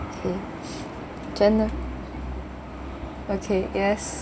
okay gene~ okay yes